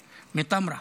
מטמרה.